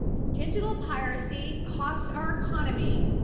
digital piracy costs, our economy,